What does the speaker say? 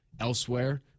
elsewhere